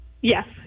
Yes